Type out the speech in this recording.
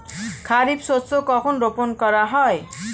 খারিফ শস্য কখন রোপন করা হয়?